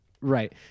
Right